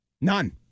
None